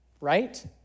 right